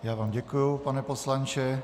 Já vám děkuji, pane poslanče.